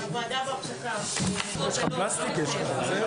(הישיבה נפסקה בשעה 12:23 ונתחדשה בשעה 12:28.)